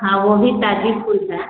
हाँ वह भी ताज़ा फूल है